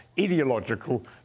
Ideological